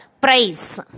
price